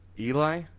Eli